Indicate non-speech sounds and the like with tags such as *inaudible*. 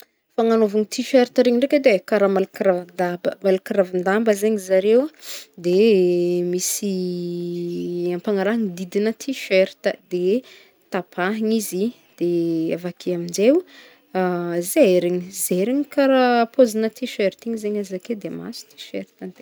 Fagnagnaovana tiserta regny ndraiky edy e, karaha malaka ravin-damba, malaka ravin-damba zegny zare, *noise* de *hesitation* misy *hesitation* ampanaragny didina tiserta, de tapahana izy de avake amzay o, zairigny zairigny karaha paozina tiserta igny zegny azo ake de mahazo tiserta antegna.